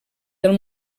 del